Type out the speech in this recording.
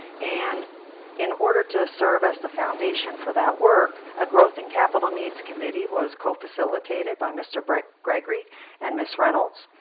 and in order to serve as the foundation for that work a growth and capital needs committee was called facilitated by mr. brett gregory and miss reynolds.